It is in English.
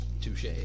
Touche